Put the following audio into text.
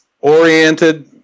oriented